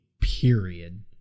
period